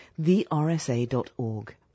thersa.org